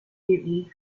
mutiny